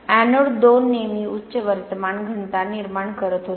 anode 2 नेहमी उच्च वर्तमान घनता निर्माण करत होता